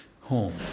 home